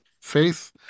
faith